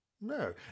No